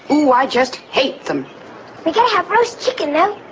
oh i just hate them. we're going to have roast chicken now,